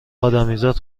ادمیزاد